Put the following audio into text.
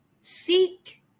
Seek